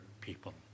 people